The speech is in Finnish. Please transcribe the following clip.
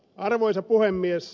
arvoisa puhemies